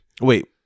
Wait